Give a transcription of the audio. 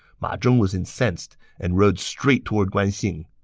ma zhong was incensed and rode straight toward guan xing.